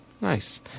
Nice